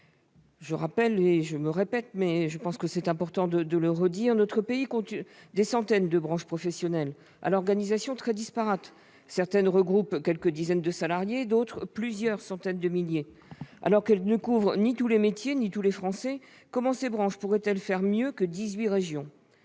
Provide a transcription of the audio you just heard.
branches professionnelles la responsabilité de l'apprentissage. Notre pays compte des centaines de branches professionnelles, à l'organisation très disparate : certaines regroupent quelques dizaines de salariés, d'autres plusieurs centaines de milliers. Alors qu'elles ne couvrent ni tous les métiers ni tous les Français, comment ces branches pourraient-elles faire mieux que dix-huit régions ?